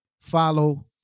follow